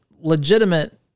legitimate